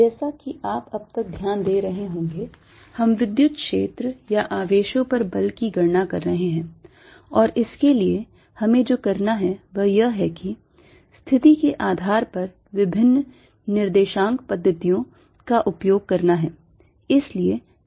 जैसा कि आप अब तक ध्यान दे रहे होंगे हम विद्युत क्षेत्र या आवेशों पर बल की गणना कर रहे हैं और इसके लिए हमें जो करना है वह यह है कि स्थिति के आधार पर विभिन्न निर्देशांक पद्धतियों का उपयोग करना है